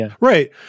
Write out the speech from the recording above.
Right